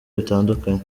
bitandukanye